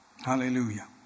Hallelujah